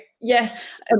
Yes